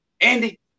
Andy